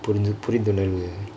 புரிந்துணர்வு:purinthunarvu